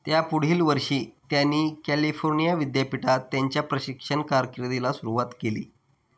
त्या पुढील वर्षी त्यांनी कॅलिफोर्निया विद्यापीठात त्यांच्या प्रशिक्षण कारकिर्दीला सुरवात केली